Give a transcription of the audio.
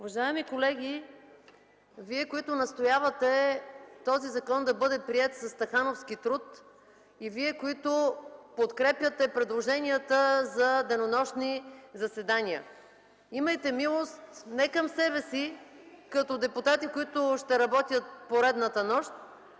Уважаеми колеги, Вие, които настоявате този закон да бъде приет със стахановски труд, и вие, които подкрепяте предложенията за денонощни заседания: имайте милост не към себе си, като депутати, които ще работят поредната нощ,